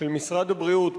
של משרד הבריאות,